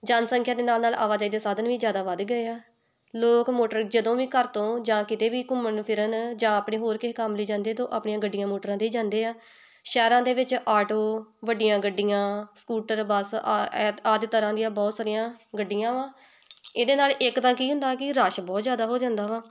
ਜਨਸੰਖਿਆ ਦੇ ਨਾਲ ਨਾਲ ਆਵਾਜਾਈ ਦੇ ਸਾਧਨ ਵੀ ਜ਼ਿਆਦਾ ਵੱਧ ਗਏ ਆ ਲੋਕ ਮੋਟਰ ਜਦੋਂ ਵੀ ਘਰ ਤੋਂ ਜਾਂ ਕਿਤੇ ਵੀ ਘੁੰਮਣ ਫਿਰਨ ਜਾਂ ਆਪਣੇ ਹੋਰ ਕਿਸੇ ਕੰਮ ਲਈ ਜਾਂਦੇ ਆ ਤਾਂ ਉਹ ਆਪਣੀਆਂ ਗੱਡੀਆਂ ਮੋਟਰਾਂ 'ਤੇ ਜਾਂਦੇ ਆ ਸ਼ਹਿਰਾਂ ਦੇ ਵਿੱਚ ਆਟੋ ਵੱਡੀਆਂ ਗੱਡੀਆਂ ਸਕੂਟਰ ਬਸ ਆ ਹੈ ਆਦਿ ਤਰ੍ਹਾਂ ਦੀਆਂ ਬਹੁਤ ਸਾਰੀਆਂ ਗੱਡੀਆਂ ਵਾ ਇਹਦੇ ਨਾਲ ਇੱਕ ਤਾਂ ਕੀ ਹੁੰਦਾ ਕਿ ਰਸ਼ ਬਹੁਤ ਜ਼ਿਆਦਾ ਹੋ ਜਾਂਦਾ ਵਾ